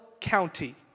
County